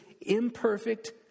imperfect